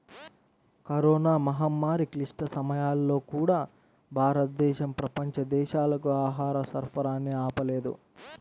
corona మహమ్మారి క్లిష్ట సమయాల్లో కూడా, భారతదేశం ప్రపంచ దేశాలకు ఆహార సరఫరాని ఆపలేదు